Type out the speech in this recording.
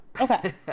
Okay